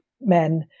men